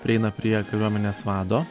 prieina prie kariuomenės vado